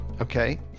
Okay